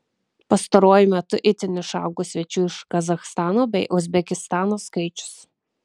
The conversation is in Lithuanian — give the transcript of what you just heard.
pastaruoju metu itin išaugo svečių iš kazachstano bei uzbekistano skaičius